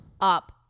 up